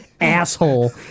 asshole